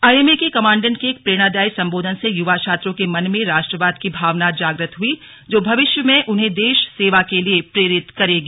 IMA के commandant के प्रेरणादायी संबोधन से युवा छात्रों के मन में राष्ट्रवाद की भावना जागृत हुई जो भविष्य में उन्हें देश सेवा के लिए प्रेरित करेगी